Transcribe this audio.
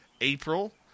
April